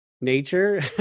nature